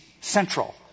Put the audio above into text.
central